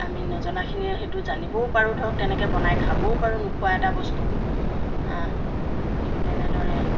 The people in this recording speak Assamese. আমি নজনাখিনিয়ে সেইটো জানিবও পাৰোঁ ধৰক তেনেকৈ বনাই খাবও পাৰোঁ নোখোৱা এটা বস্তুক ঠিক তেনেদৰে